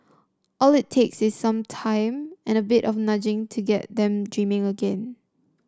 all it takes is some time and a bit of nudging to get them dreaming again